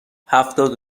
هفتاد